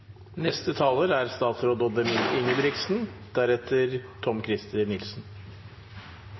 Neste taler er statsråd